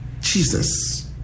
Jesus